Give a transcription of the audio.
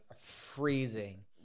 freezing